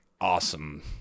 awesome